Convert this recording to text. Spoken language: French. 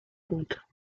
comptes